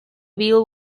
bill